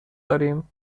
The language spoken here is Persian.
داریم